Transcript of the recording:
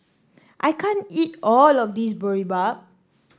I can't eat all of this Boribap